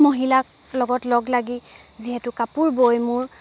মহিলাক লগত লগ লাগি যিহেতু কাপোৰ বৈ মোৰ